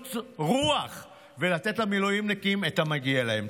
גדלות רוח ולתת למילואימניקים את המגיע להם.